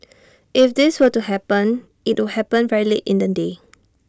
if this were to happen IT would happen very late in the day